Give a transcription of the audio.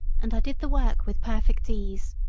and i did the work with perfect ease.